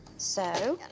so,